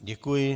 Děkuji.